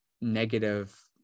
negative